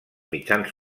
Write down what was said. mitjans